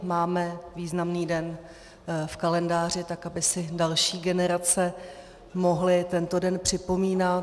Máme významný den v kalendáři, tak aby si další generace mohly tento den připomínat.